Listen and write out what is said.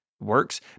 works